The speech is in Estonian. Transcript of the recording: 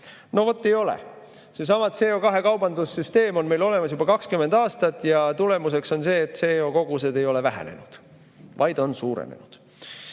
No vat ei ole. Seesama CO2‑kaubanduse süsteem on meil olemas juba 20 aastat ja tulemuseks on see, et CO2kogused ei ole mitte vähenenud, vaid on suurenenud.